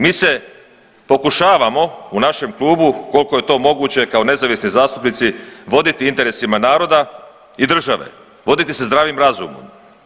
Mi se pokušavao u našem klubu koliko je to moguće kao nezavisni zastupnici voditi interesima naroda i države, voditi se zdravim razumom.